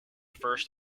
first